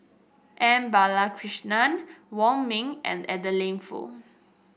M Balakrishnan Wong Ming and Adeline Foo